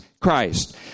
christ